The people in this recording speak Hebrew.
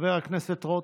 חבר הכנסת רוטמן.